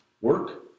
work